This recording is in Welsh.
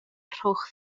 rhowch